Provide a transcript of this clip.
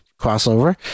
crossover